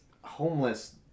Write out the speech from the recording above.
homeless